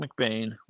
McBain